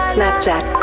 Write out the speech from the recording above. Snapchat